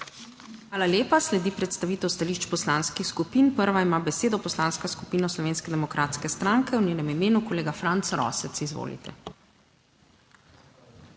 Hvala lepa. Sledi predstavitev stališč poslanskih skupin. Prva ima besedo Poslanska skupina Slovenske demokratske stranke, v njenem imenu kolega Franc Rosec, Izvolite. Hvala za